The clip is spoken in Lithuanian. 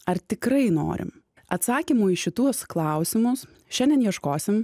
ar tikrai norim atsakymų į šituos klausimus šiandien ieškosim